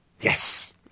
Yes